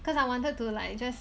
cause I wanted to like just